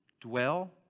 dwell